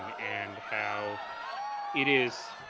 and and how it is.